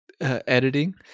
editing